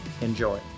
Enjoy